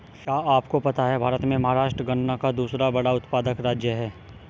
क्या आपको पता है भारत में महाराष्ट्र गन्ना का दूसरा बड़ा उत्पादक राज्य है?